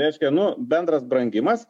reiškia nu bendras brangimas